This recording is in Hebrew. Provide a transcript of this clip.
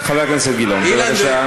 חבר הכנסת גילאון, בבקשה.